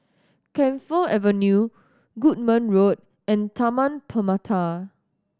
Camphor Avenue Goodman Road and Taman Permata